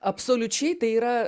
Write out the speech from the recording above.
absoliučiai tai yra